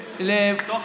גם אני.